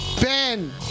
Ben